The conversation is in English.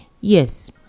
Yes